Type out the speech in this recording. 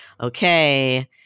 okay